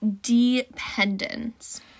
dependence